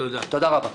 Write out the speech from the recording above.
תודה רבה.